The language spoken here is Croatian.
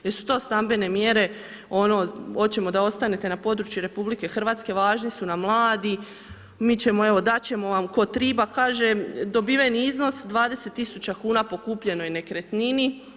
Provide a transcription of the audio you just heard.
Jesu to stambene mjere, ono hoćemo da ostanete na području RH, važni su nam mladi, mi ćemo, evo, dati će vam, ko treba, kaže, dobiveni iznos 20000 kn po kupljenoj nekretnini.